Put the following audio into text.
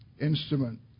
instrument